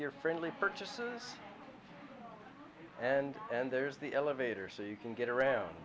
your friendly purchases and then there's the elevator so you can get around